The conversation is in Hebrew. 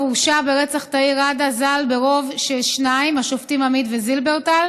הורשע ברצח תאיר ראדה ז"ל ברוב של שניים: השופטים עמית וזילברטל,